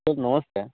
sir ನಮಸ್ತೆ